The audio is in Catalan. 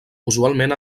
usualment